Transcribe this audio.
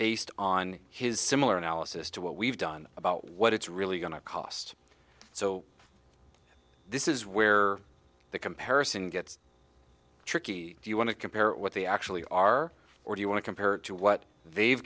based on his similar analysis to what we've done about what it's really going to cost so this is where the comparison gets tricky do you want to compare what they actually are or do you want to compare to what they've